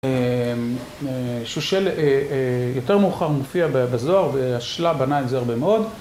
שושלת יותר מאוחר מופיע בזוהר והשלה בנה את זה הרבה מאוד.